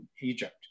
Egypt